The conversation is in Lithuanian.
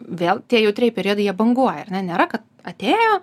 vėl tie jautrieji periodai jie banguoja ar ne nėra kad atėjo